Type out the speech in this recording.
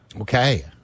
Okay